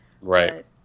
Right